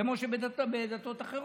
כמו בדתות אחרות,